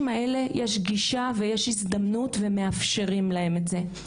האלה יש גישה ויש הזדמנות ומאפשרים להם את זה.